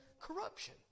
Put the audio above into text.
corruption